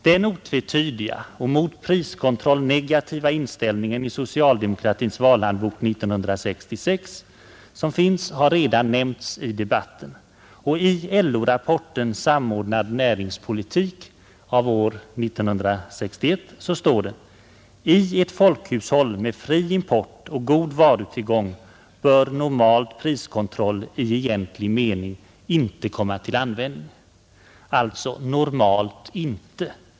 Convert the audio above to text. Den otvetydiga, mot priskontroll negativa inställningen i socialdemokratins valhandbok 1966 har redan nämnts i debatten i dag. I LO-rapporten ”Samordnad näringspolitik” av år 1961 står det: ”I ett folkhushåll med fri import och god varutillgång bör normalt priskontroll i egentlig mening inte komma till användning.” Alltså: normalt inte.